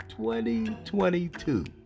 2022